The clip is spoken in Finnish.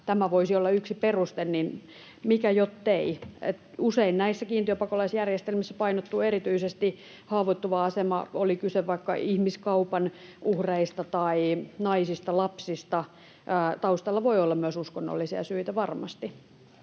tämä voisi olla yksi peruste, niin mikä jottei. Usein näissä kiintiöpakolaisjärjestelmissä painottuu erityisesti haavoittuva asema, oli kyse vaikka ihmiskaupan uhreista tai naisista, lapsista — taustalla voi olla myös uskonnollisia syitä varmasti.